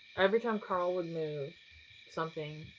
every time karl would move something,